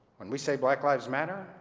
when we say black lives matter,